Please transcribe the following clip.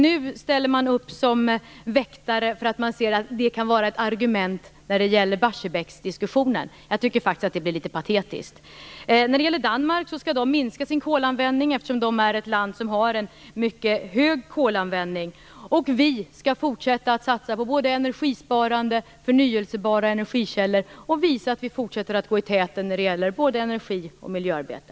Nu ställer de upp som väktare, när de ser att det här kan vara ett argument i Barsebäcksdiskussionen. Jag tycker att det är patetiskt. Danmark skall minska sin kolanvändning, eftersom det är ett land som har en mycket hög kolanvändning. Vi skall fortsätta att satsa på både energisparande och förnybara energikällor och visa att vi fortsätter att gå i täten när det gäller både energi och miljöarbete.